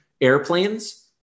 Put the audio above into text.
airplanes